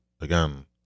again